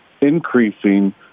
increasing